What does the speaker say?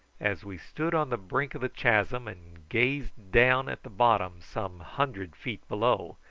as we stood on the brink of the chasm, and gazed down at the bottom some hundred feet below,